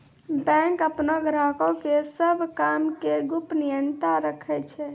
bank अपनो ग्राहको के सभ काम के गोपनीयता राखै छै